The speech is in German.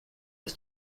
das